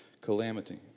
calamity